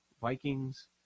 Vikings